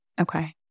Okay